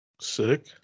Sick